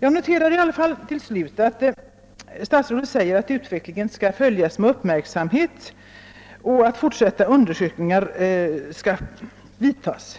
Jag noterar dock till sist att statsrådet säger att han skall följa utvecklingen med uppmärksamhet och att fortsatta undersökningar skall genomföras.